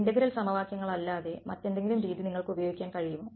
integral സമവാക്യങ്ങളല്ലാതെ മറ്റെന്തെങ്കിലും രീതി നിങ്ങൾക്ക് ഉപയോഗിക്കാൻ കഴിയുമോ